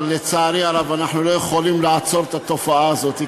אבל לצערי הרב אנחנו לא יכולים לעצור את התופעה הזאת.